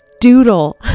doodle